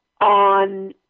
on